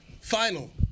final